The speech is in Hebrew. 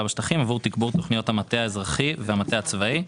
בשטחים עבור תגבור תוכניות המטה האזרחי והמטה הצבאי.